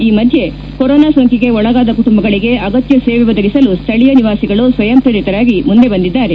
ಈ ಮಧ್ಯೆ ಕೊರೋನಾ ಸೋಂಕಿಗೆ ಒಳಗಾದ ಕುಟುಂಬಗಳಿಗೆ ಅಗತ್ಯ ಸೇವೆ ಒದಗಿಸಲು ಸ್ಥಳೀಯ ನಿವಾಸಿಗಳು ಸ್ವಯಂಪ್ರೇರಿತರಾಗಿ ಮುಂದೆ ಬಂದಿದ್ದಾರೆ